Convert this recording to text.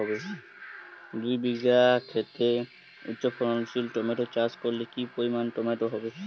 দুই বিঘা খেতে উচ্চফলনশীল টমেটো চাষ করলে কি পরিমাণ টমেটো হবে?